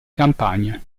campagna